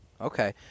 Okay